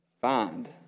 Find